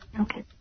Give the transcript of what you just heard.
Okay